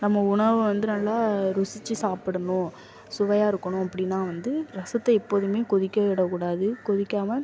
நம்ம உணவை வந்து நல்லா ருசித்து சாப்பிடணும் சுவையாக இருக்கணும் அப்படினா வந்து ரசத்தை எப்போதுமே கொதிக்க விடக்கூடாது கொதிக்காமல்